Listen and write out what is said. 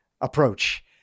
approach